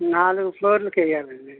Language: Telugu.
నాలుగు ఫ్లోర్లకి వెయ్యాలండీ